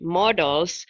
models